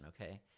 okay